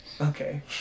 Okay